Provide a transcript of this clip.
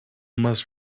must